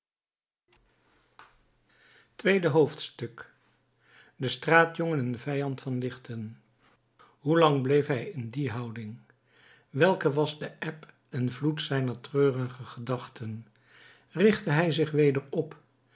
tweede hoofdstuk de straatjongen een vijand van lichten hoe lang bleef hij in die houding welke was de eb en vloed zijner treurige gedachten richtte hij zich weder op